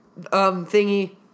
thingy